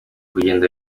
kugenda